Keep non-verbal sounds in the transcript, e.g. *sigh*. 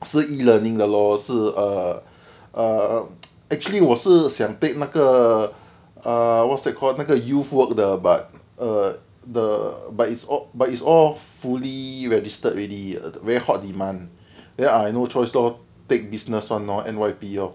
是 e-learning 的 lor 是 err err *noise* actually 我是想 take 那个 err what's that called 那个 youth work 的 but uh the but it's all but it's all fully registered already uh very hot demand ya I no choice lor take business [one] lor N_Y_P lor